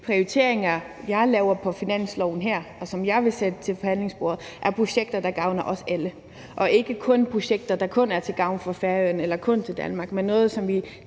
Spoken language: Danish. prioriteringer, jeg laver på finansloven her, og som jeg vil bringe til forhandlingsbordet, er projekter, der gavner os alle, og ikke projekter, der kun er til gavn for Færøerne eller for Danmark, men noget, som vi